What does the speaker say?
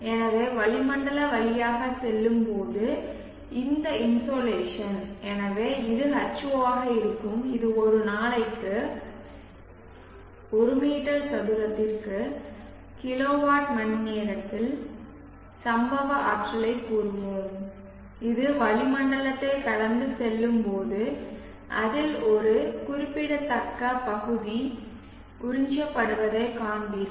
எனவே வளிமண்டலம் வழியாகச் செல்லும்போது இந்த இன்சோலேஷன் எனவே இது H0 ஆக இருக்கும் இது ஒரு நாளைக்கு ஒரு மீட்டர் சதுரத்திற்கு கிலோவாட் மணிநேரத்தில் சம்பவ ஆற்றலைக் கூறுவோம் இது வளிமண்டலத்தைக் கடந்து செல்லும்போது அதில் ஒரு குறிப்பிடத்தக்க பகுதி உறிஞ்சப்படுவதைக் காண்பீர்கள்